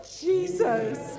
jesus